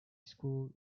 school